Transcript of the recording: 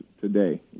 today